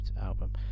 album